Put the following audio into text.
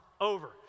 over